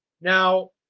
Now